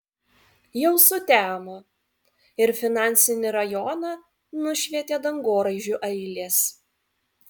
jau sutemo ir finansinį rajoną nušvietė dangoraižių eilės